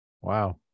Wow